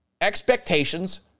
Expectations